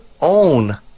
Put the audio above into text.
own